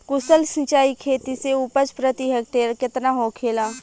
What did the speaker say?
कुशल सिंचाई खेती से उपज प्रति हेक्टेयर केतना होखेला?